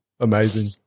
Amazing